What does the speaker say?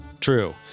True